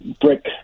brick